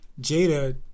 Jada